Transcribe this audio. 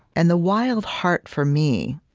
and the wild heart, for me,